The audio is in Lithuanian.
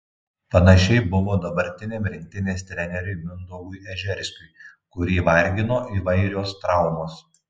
panašiai buvo dabartiniam rinktinės treneriui mindaugui ežerskiui kurį vargino įvairios traumos